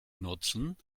nutzen